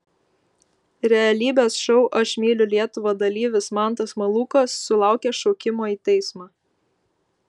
realybės šou aš myliu lietuvą dalyvis mantas malūkas sulaukė šaukimo į teismą